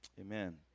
Amen